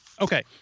okay